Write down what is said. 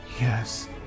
Yes